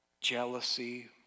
jealousy